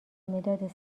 مداد